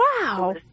Wow